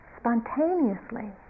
spontaneously